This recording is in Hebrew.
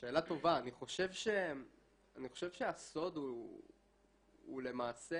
אני חושב שהסוד הוא למעשה